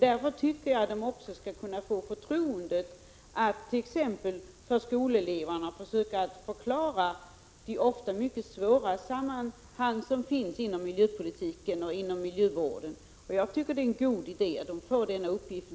Därför tycker jag att de också skall kunna få förtroendet att t.ex. för skolelever försöka förklara de ofta mycket svåra sammanhang som finns inom miljöpolitiken och inom miljövården. Jag tycker det är en god idé att de får denna uppgift.